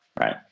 right